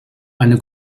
eine